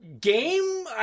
game